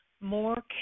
more